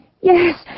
Yes